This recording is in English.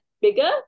bigger